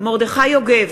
מרדכי יוגב,